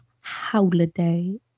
holiday